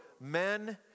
men